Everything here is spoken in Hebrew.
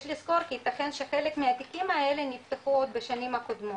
לזכור שחלק מהתיקים האלה נפתחו עוד בשנים הקודמות.